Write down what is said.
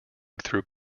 through